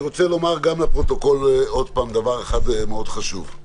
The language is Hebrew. אני רוצה לומר גם לפרוטוקול עוד פעם דבר אחד מאוד חשוב.